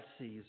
sees